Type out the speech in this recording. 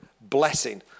blessing